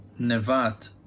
Nevat